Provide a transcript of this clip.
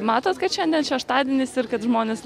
matot kad šiandien šeštadienis ir kad žmonės